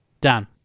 Dan